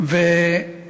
ואני